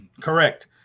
Correct